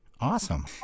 Awesome